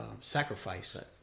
sacrifice